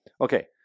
Okay